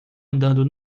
andando